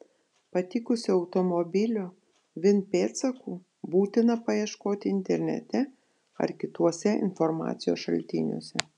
patikusio automobilio vin pėdsakų būtina paieškoti internete ar kituose informacijos šaltiniuose